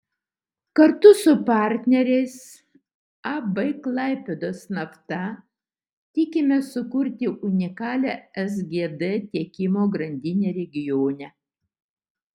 kartu su partneriais ab klaipėdos nafta tikimės sukurti unikalią sgd tiekimo grandinę regione